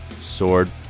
sword